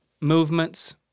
Movements